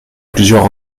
plusieurs